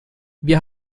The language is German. wir